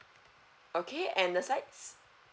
okay and the sides